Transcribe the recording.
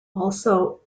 also